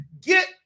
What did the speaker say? get